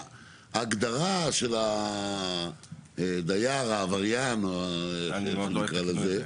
ההגדרה של הדייר העבריין או לא יודע איך אקרא לזה,